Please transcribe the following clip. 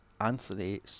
Anthony